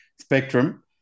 spectrum